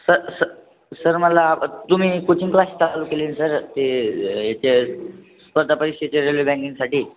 स स सर मला तुम्ही कोचिंग क्लास चालू केले ना सर ते याचे स्पर्धा परीक्षेचे रेल्वे बँकिनसाठी